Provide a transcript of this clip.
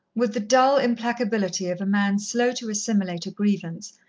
with the dull implacability of a man slow to assimilate a grievance,